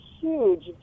huge